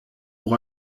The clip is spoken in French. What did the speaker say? pour